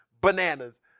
bananas